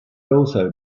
also